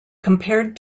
compared